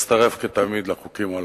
ואצטרף כתמיד לחוקים הללו.